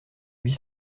huit